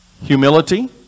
Humility